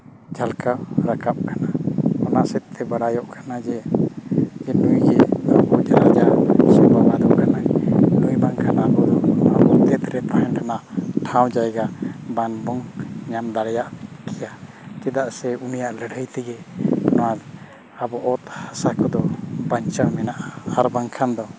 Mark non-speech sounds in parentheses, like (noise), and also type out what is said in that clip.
ᱡᱷᱟᱞᱠᱟᱣ ᱨᱟᱠᱟᱵ ᱠᱟᱱᱟ ᱚᱱᱟ ᱥᱮᱫᱛᱮ ᱵᱟᱲᱟᱭᱚᱜ ᱠᱟᱱᱟ ᱡᱮ (unintelligible) ᱴᱷᱟᱶ ᱡᱟᱭᱜᱟ ᱵᱟᱝ ᱵᱚᱱ ᱧᱟᱢ ᱫᱟᱲᱮᱭᱟᱜ ᱠᱮᱭᱟ ᱪᱮᱫᱟᱜ ᱥᱮ ᱩᱱᱤᱭᱟᱜ ᱞᱟᱹᱲᱦᱟᱹᱭ ᱛᱮᱜᱮ ᱱᱚᱣᱟ ᱟᱵᱚ ᱚᱛ ᱦᱟᱸᱥᱟ ᱠᱚᱫᱚ ᱵᱟᱧᱪᱟᱣ ᱢᱮᱱᱟᱜᱼᱟ ᱟᱨ ᱵᱟᱝᱠᱷᱟᱱ ᱫᱚ